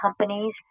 companies